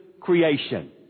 creation